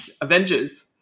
Avengers